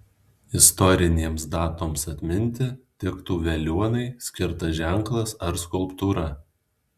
istorinėms datoms atminti tiktų veliuonai skirtas ženklas ar skulptūra